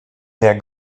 der